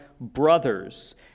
brothers